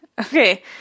Okay